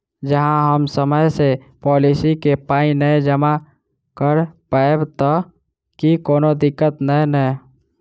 जँ हम समय सअ पोलिसी केँ पाई नै जमा कऽ पायब तऽ की कोनो दिक्कत नै नै?